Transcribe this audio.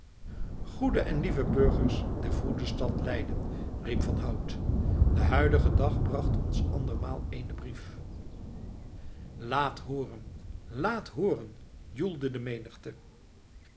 goede en lieve burgers der vroede stad leiden riep van hout de huidige dag bracht ons andermaal eenen brief laat hooren laat hooren joelde de menigte